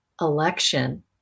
election